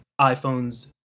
iPhone's